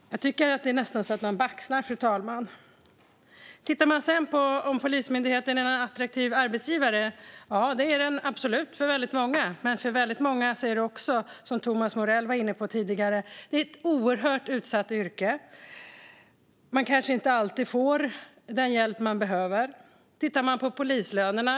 Det är nästan så att man baxnar, fru talman. Är Polismyndigheten en attraktiv arbetsgivare? Ja, det är den absolut för väldigt många. Men för väldigt många är det också, som Thomas Morell var inne på, ett oerhört utsatt yrke. Man kanske inte alltid får den hjälp man behöver. Man kan också titta på polislönerna.